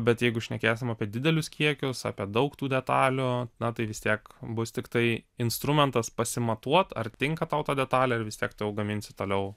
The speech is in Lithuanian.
bet jeigu šnekėsim apie didelius kiekius apie daug tų detalių na tai vis tiek bus tiktai instrumentas pasimatuot ar tinka tau ta detalė vis tiek tu jau gaminsi toliau